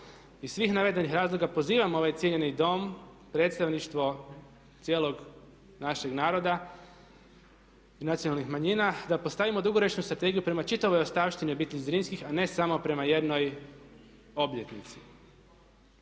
Iz svih navedenih razloga pozivam ovaj cijenjeni Dom, predstavništvo cijelog našeg naroda i nacionalnih manjina da postavimo dugoročnu strategiju prema čitavoj ostavštini obitelji Zrinskih a ne samo prema jednoj obljetnici.